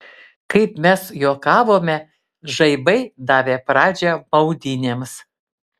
kaip mes juokavome žaibai davė pradžią maudynėms